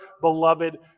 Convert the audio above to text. beloved